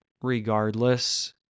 regardless